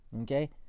Okay